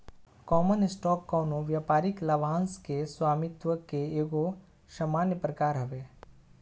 common stock कवनो व्यापारिक लाभांश के स्वामित्व के एगो सामान्य प्रकार हवे